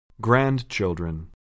Grandchildren